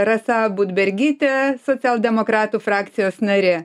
rasa budbergytė socialdemokratų frakcijos narė